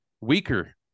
weaker